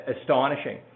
astonishing